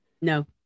No